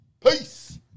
peace